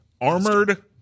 Armored